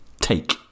take